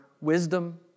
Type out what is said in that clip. wisdom